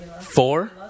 Four